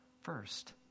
first